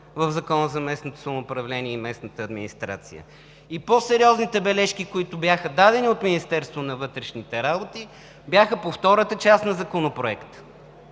в Закона за местното самоуправление и местната администрация. По-сериозните бележки, които бяха дадени от Министерството на вътрешните работи, бяха по втората част на Законопроекта,